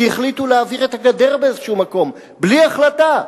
כי החליטו להעביר את הגדר באיזה מקום בלי החלטה,